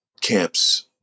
camps